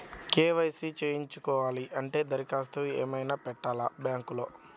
KYC చేయించుకోవాలి అంటే దరఖాస్తు ఏమయినా పెట్టాలా బ్యాంకులో?